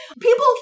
People